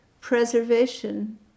preservation